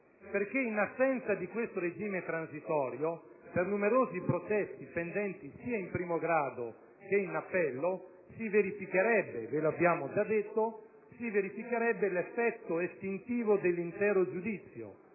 perché, in assenza di questo regime transitorio, per numerosi processi pendenti sia in primo grado che in appello si verificherebbe - come abbiamo già detto - l'effetto estintivo dell'intero giudizio,